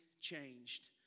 changed